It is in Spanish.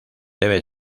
debe